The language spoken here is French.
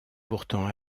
pourtant